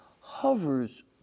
hovers